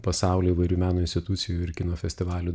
pasaulį įvairių meno institucijų ir kino festivalių